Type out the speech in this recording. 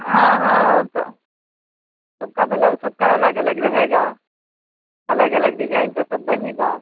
हाँ हाँ सब सबका ब्लाउज सबका अलग अलग रहेगा अलग अलग डिजाइन का सब बनेगा